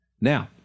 Now